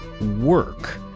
work